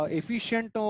efficient